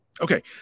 Okay